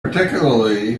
particularly